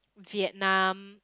Vietnam